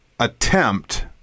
Attempt